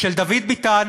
של דוד ביטן,